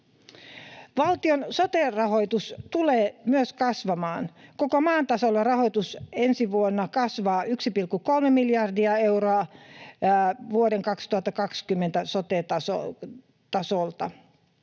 Valtion sote-rahoitus tulee kasvamaan. Koko maan tasolla rahoitus ensi vuonna kasvaa 1,3 miljardia euroa vuoden 2022 sote-tasosta.